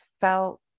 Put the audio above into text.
felt